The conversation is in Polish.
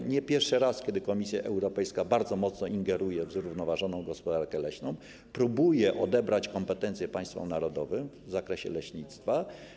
To nie pierwszy raz, kiedy Komisja Europejska bardzo mocno ingeruje w zrównoważoną gospodarkę leśną, próbuje odebrać kompetencje państwom narodowym w zakresie leśnictwa.